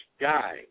guy